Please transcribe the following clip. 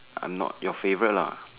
I'm not your favorite lah